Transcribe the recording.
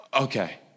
Okay